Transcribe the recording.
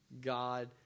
God